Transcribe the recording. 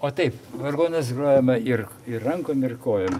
o taip vargonais grojama ir ir rankom ir kojom